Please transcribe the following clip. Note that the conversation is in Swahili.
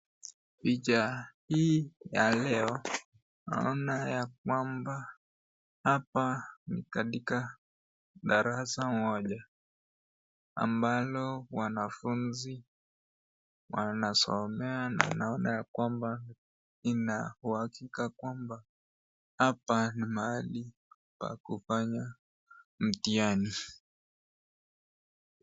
Picha hii ya leo naona ya kwamba hapa ni katika darasa moja ambalo wanafunzi wanasomea na naona ya kwamba ina uhakika kwamba hapa ni mahali pa kufanya mtihani.